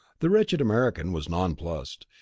the wretched american was non-plussed.